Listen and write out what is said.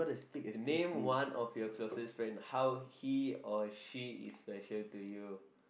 name one of your closest friend how he or she is special to you